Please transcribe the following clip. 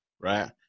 right